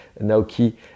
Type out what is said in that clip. Naoki